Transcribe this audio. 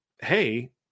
hey